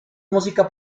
música